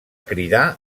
cridar